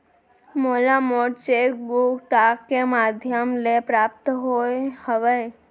मोला मोर cheque book डाक के मध्याम ले प्राप्त होय हवे